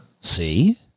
See